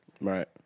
right